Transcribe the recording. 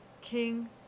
King